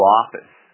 office